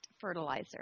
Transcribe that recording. fertilizer